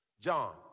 John